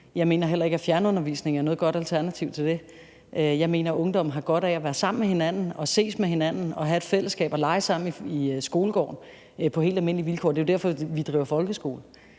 Jeg mener heller ikke, at fjernundervisning er noget godt alternativ til det. Jeg mener, at ungdommen har godt af at være sammen med hinanden, ses med hinanden, have et fællesskab og lege sammen i skolegården på helt almindelige vilkår. Det er jo derfor, vi driver folkeskole.